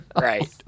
Right